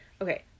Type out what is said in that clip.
okay